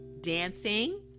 dancing